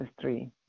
three